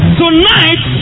tonight